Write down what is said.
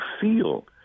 feel